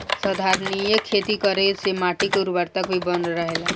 संधारनीय खेती करे से माटी के उर्वरकता भी बनल रहेला